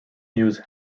use